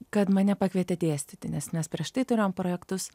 kad mane pakvietė dėstyti nes prieš tai turėjom projektus